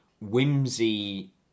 whimsy